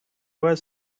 was